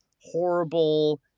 horrible